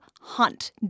hunt